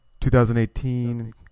2018